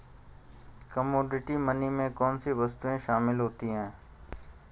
Commodity money में कौन सी वस्तुएं शामिल होती हैं?